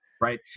right